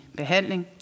behandling